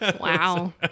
Wow